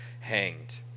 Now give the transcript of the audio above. hanged